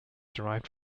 derived